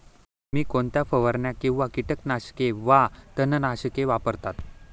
तुम्ही कोणत्या फवारण्या किंवा कीटकनाशके वा तणनाशके वापरता?